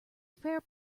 fair